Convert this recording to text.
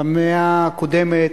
במאה הקודמת,